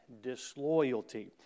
disloyalty